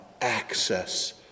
access